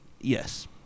yes